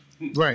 Right